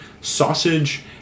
sausage